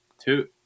Two